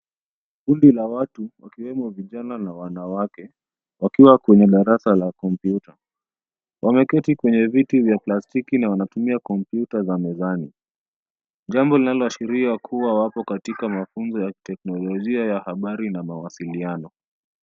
Rundo la watu wakiwemo vijana na wanawake wakiwa kwenye darasa la kompyuta. Wameketi kwenye viti vya plastiki na wanaumia kompyuta za mezani. Jambo linaoshiria kuwa wako katika mafunzo ya teknolojia ya habari na mawasiliano.